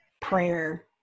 prayer